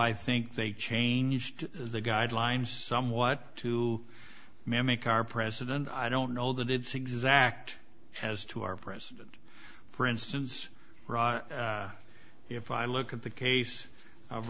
i think they changed the guidelines somewhat to mimic our president i don't know that it's exact has to our president for instance if i look at the case of